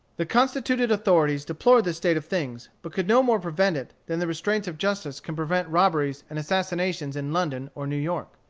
the constituted authorities deplored this state of things, but could no more prevent it than the restraints of justice can prevent robberies and assassinations in london or new york.